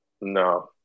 No